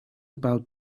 about